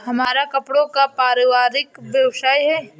हमारा कपड़ों का पारिवारिक व्यवसाय है